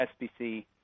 SBC